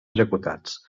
executats